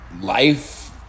life